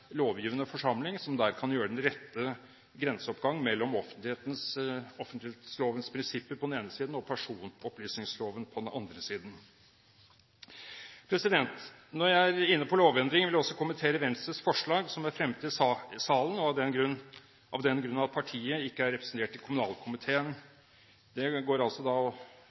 lovgivende forsamling, som der kan gjøre den rette grenseoppgang mellom offentlighetslovens prinsipper på den ene siden og personopplysningsloven på den andre siden. Når jeg er inne på lovendringer, vil jeg også kommentere Venstres forslag som er fremmet i salen av den grunn at partiet ikke er representert i kommunalkomiteen. Det går altså